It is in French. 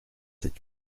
cette